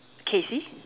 casey